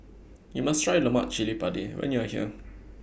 YOU must Try Lemak Cili Padi when YOU Are here